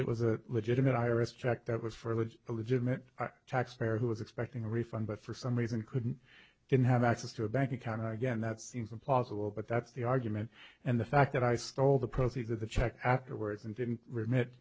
it was a legitimate iris track that was for a good legitimate taxpayer who was expecting a refund but for some reason couldn't didn't have access to a bank account again that seems implausible but that's the argument and the fact that i stole the proceeds of the check afterwards and didn't re